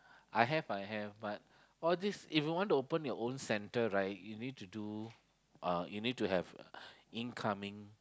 I have I have but all this if you want to open your own center right you need to do uh you need to have incoming